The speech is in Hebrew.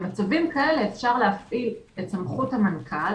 במצבים כאלה אפשר להפעיל את סמכות המנכ"ל